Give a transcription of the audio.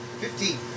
fifteen